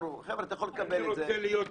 אני רוצה להיות עקבי.